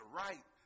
right